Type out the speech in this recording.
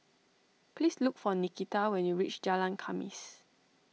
please look for Nikita when you reach Jalan Khamis